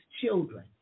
children